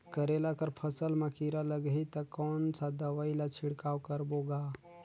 करेला कर फसल मा कीरा लगही ता कौन सा दवाई ला छिड़काव करबो गा?